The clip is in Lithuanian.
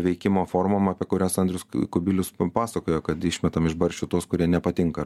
veikimo formom apie kurias andrius kubilius pasakojo kad išmetam iš barščių tuos kurie nepatinka